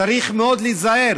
צריך מאוד להיזהר,